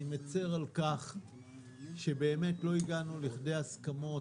אני מצר על כך שבאמת לא הגענו לכדי הסכמות.